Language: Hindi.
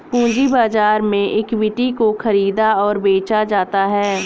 पूंजी बाजार में इक्विटी को ख़रीदा और बेचा जाता है